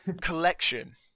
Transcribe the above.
collection